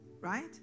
right